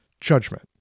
judgment